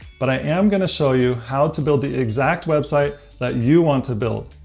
but i am going to show you how to build the exact website that you want to build.